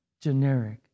generic